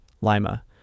Lima